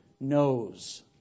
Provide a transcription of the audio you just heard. Knows